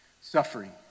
Suffering